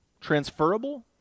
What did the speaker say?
transferable